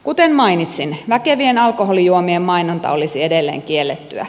kuten mainitsin väkevien alkoholijuomien mainonta olisi edelleen kiellettyä